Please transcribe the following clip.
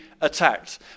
attacked